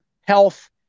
health